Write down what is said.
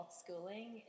schooling